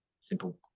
simple